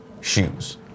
shoes